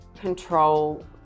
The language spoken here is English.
control